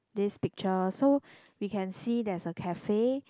this picture so we can see there's a cafe